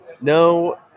No